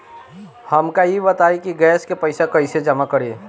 हमका ई बताई कि गैस के पइसा कईसे जमा करी?